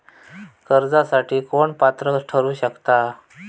कर्जासाठी कोण पात्र ठरु शकता?